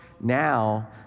now